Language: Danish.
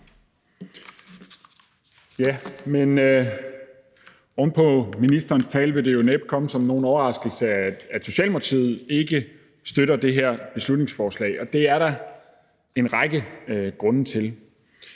formand. Oven på ministerens tale vil det jo næppe komme som nogen overraskelse, at Socialdemokratiet ikke støtter det her beslutningsforslag, og det er der en række grunde til.